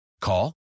Call